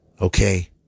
Okay